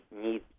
need